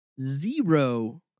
zero